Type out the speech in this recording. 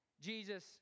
Jesus